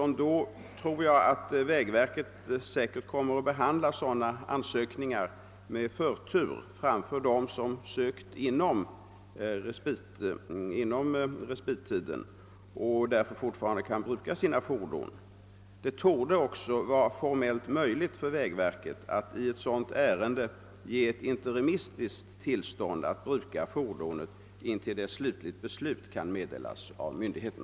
Och jag tror, herr Josefson i Arrie, att vägverket kommer att behandla sådana ansökningar med förtur framför ansökningar som gjorts inom respittiden och beträffande vilka ägarna alltså fortfarande kan bruka sina fordon. Det torde också vara formellt möjligt för vägverket att i ett sådant ärende ge ägaren ett interimistiskt tillstånd att bruka fordonet till dess att slutgiltigt beslut kan meddelas av myndigheten.